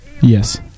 yes